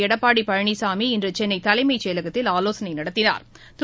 எடப்பாடிபழனிசாமி இன்றுசென்னைதலைமைச் செயலகத்தில் ஆலோசனைநடத்தினாா்